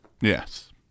Yes